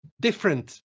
different